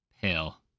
pale